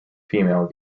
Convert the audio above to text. female